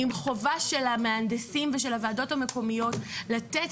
עם חובה של המהנדסים ושל הוועדות המקומיות לתת